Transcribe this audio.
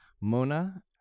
Mona